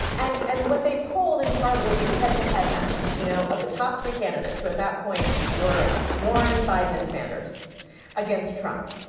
and and what they pulled in part were these head to head matchups, you know, of the top three candidates who at that point were warren, biden and sanders against trump.